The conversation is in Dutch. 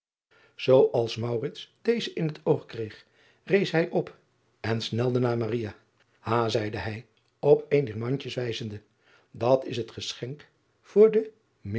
als deze in het oog kreeg rees hij op en snelde naar a zeide hij op een dier mandjes wijzende at is het geschenk voor de